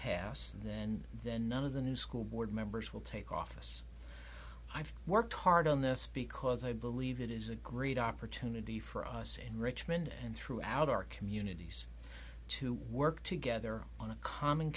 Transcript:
pass then then none of the new school board members will take office i've worked hard on this because i believe it is a great opportunity for us in richmond and throughout our communities to work together on a common